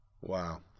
Wow